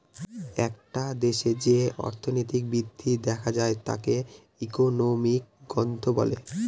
একটা দেশে যে অর্থনৈতিক বৃদ্ধি দেখা যায় তাকে ইকোনমিক গ্রোথ বলে